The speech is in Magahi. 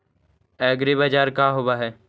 एग्रीबाजार का होव हइ?